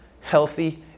healthy